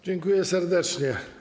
Dziękuję serdecznie.